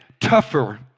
tougher